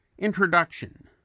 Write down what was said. Introduction